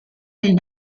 les